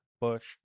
Bush